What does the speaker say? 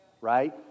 right